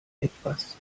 etwas